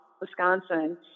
Wisconsin